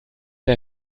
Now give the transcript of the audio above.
der